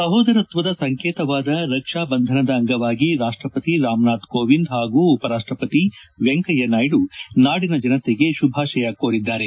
ಸಹೋದರತ್ವದ ಸಂಕೇತವಾದ ರಕ್ಷಾಬಂಧನದ ಅಂಗವಾಗಿ ರಾಷ್ಟಪತಿ ರಾಮನಾಥ್ ಕೋವಿಂದ್ ಹಾಗೂ ಉಪರಾಷ್ಟಪತಿ ವೆಂಕಯ್ಯನಾಯ್ದು ನಾಡಿನ ಜನತೆಗೆ ಶುಭಾಶಯ ಕೋರಿದ್ದಾರೆ